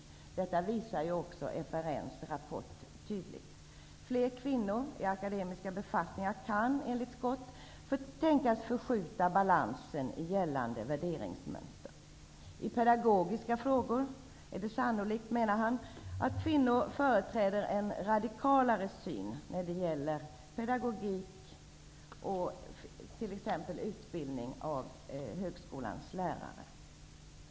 Detta visar också FRN:s rapport tydligt. Fler kvinnor i högre akademiska befattningar kan, enligt Scott, tänkas förskjuta balansen i gällande värderingsmönster. I pedagogiska frågor är det sannolikt, menade Scott, att kvinnor företräder en radikalare syn, bl.a. när det gäller pedagogisk utbildning av högskolans lärare.